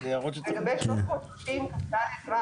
לגבי 330כד(ו)